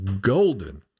golden